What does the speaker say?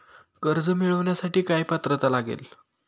कर्ज मिळवण्यासाठी काय पात्रता लागेल?